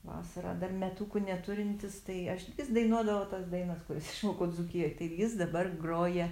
vasarą dar metukų neturintis tai aš dainuodavau tas dainas kurias išmokau dzūkijoj tai jis dabar groja